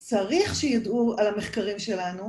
‫צריך שידעו על המחקרים שלנו.